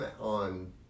on